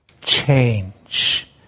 change